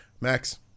Max